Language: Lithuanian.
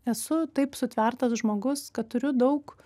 esu taip sutvertas žmogus kad turiu daug